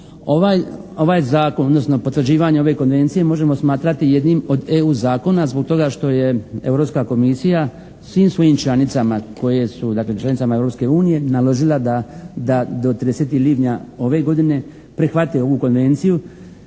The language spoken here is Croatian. Ovaj zakon odnosno potvrđivanje ove konvencije možemo smatrati jednim od EU zakona zbog toga što je Europska komisija svim svojim članicama, dakle članicama Europske unije naložila da do 30. lipnja ove godine prihvate ovu konvenciju